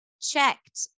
checked